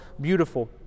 beautiful